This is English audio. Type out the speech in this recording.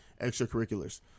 extracurriculars